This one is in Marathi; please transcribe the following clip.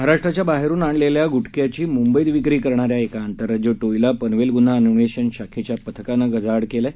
महाराष्ट्राच्या बाहेरून आणलेला गुटख्याची मुंबईत विक्री करणाऱ्या एका आंतरराज्य टोळीला पनवेल गुन्हा अन्वेषण शाखेच्या पथकानं गजाआड केलं आहे